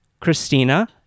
Christina